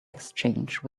exchange